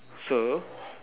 so